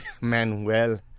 Manuel